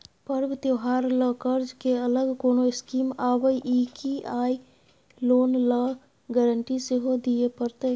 पर्व त्योहार ल कर्ज के अलग कोनो स्कीम आबै इ की आ इ लोन ल गारंटी सेहो दिए परतै?